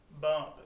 bump